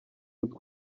mutwe